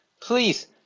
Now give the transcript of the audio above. please